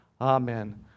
Amen